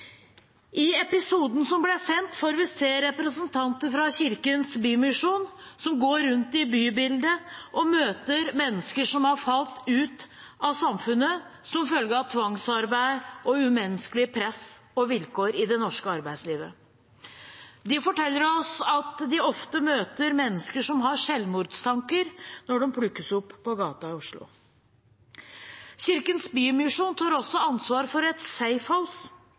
I episoden som ble sendt, får vi se representanter fra Kirkens Bymisjon som går rundt i bybildet og møter mennesker som har falt ut av samfunnet som følge av tvangsarbeid og umenneskelige press og vilkår i det norske arbeidslivet. De forteller oss at de ofte møter mennesker som har selvmordstanker når de plukkes opp på gata i Oslo. Kirkens Bymisjon tar også ansvar for et